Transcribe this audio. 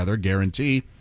guarantee